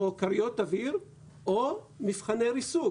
כריות אוויר או מבחני ריסוק.